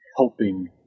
Helping